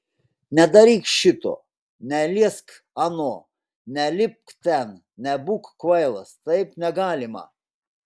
nedaryk šito neliesk ano nelipk ten nebūk kvailas taip negalima